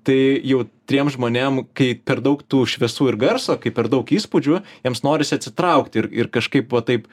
tai jautriem žmonėm kai per daug tų šviesų ir garso kai per daug įspūdžių jiems norisi atsitraukti ir ir kažkaip va taip